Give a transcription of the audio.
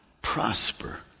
prosper